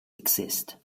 exist